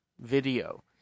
video